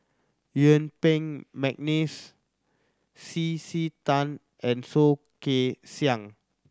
Yuen Peng McNeice C C Tan and Soh Kay Siang